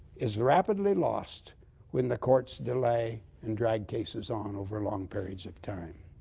is rapidly lost when the courts delay and drag cases on over long periods of time.